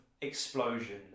explosion